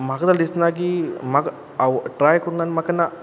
म्हाका जाल्यार दिसना की म्हाका ट्राय करून आनी म्हाका ना